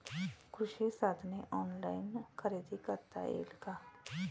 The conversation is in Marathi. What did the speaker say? कृषी साधने ऑनलाइन खरेदी करता येतील का?